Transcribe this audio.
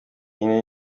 ine